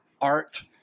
art